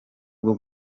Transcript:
bwo